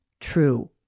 true